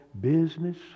business